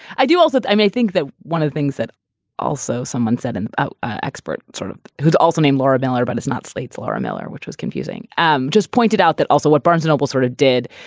i do also. i may think that one of the things that also someone said, and an expert sort of who is also named laura miller. but it's not slate's laura miller, which was confusing, um just pointed out that also what barnes noble sort of did.